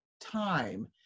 time